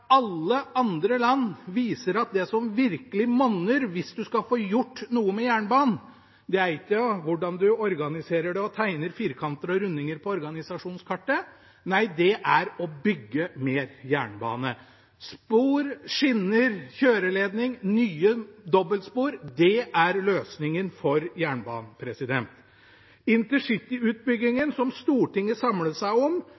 alle andre land viser at det som virkelig monner hvis en skal få gjort noe med jernbanen, ikke er hvordan en organiserer den og tegner firkanter og rundinger på organisasjonskartet, men det er å bygge mer jernbane. Spor, skinner, kjøreledning, nye dobbeltspor – det er løsningen for jernbanen. Intercityutbyggingen, som Stortinget samlet seg om,